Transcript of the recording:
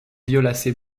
violacé